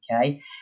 Okay